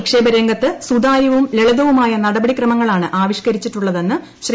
നിക്ഷേപ രംഗത്ത്സുതാര്യവും ലളിതവുമായ നടപടിക്രമങ്ങളാണ് ആവിഷ്കരിച്ചിട്ടുള്ളതെന്ന് ശ്രീ